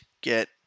get